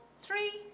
three